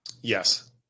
yes